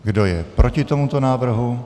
Kdo je proti tomuto návrhu?